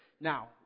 Now